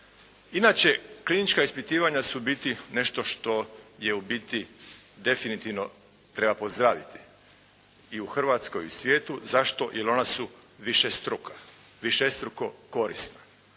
Inače klinička ispitivanja su u biti nešto što je u biti definitivno treba pozdraviti i u Hrvatskoj i u svijetu. Zašto? Jer ona su višestruka. Višestruko korisna.